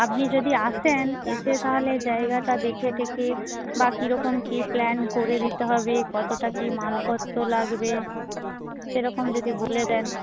আপনি যদি আসেন এসে তাহলে জায়গাটা দেখে টেখে বা কীরকম কী প্ল্যান করে দিতে হবে কতটা কী মালপত্র লাগবে সেরকম যদি বলে দেন